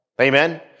amen